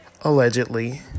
Allegedly